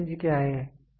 तो रेंज क्या है